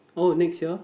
oh next year